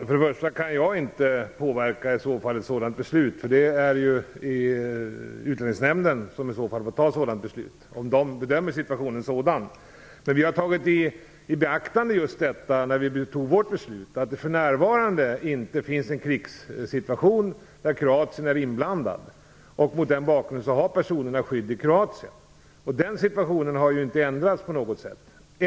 Fru talman! Jag kan inte påverka ett sådant beslut, för det är Utlänningsnämnden som i så fall får fatta det beslutet om de bedömer situationen vara sådan. Vi har vid vårt beslutsfattande tagit i beaktande att det för närvarande inte finns en krigssituation där Kroatien är inblandat. Mot den bakgrunden har de här personerna skydd i Kroatien. Den situationen har inte ändrats på något sätt.